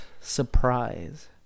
surprise